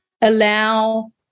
allow